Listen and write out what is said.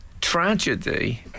Tragedy